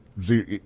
zero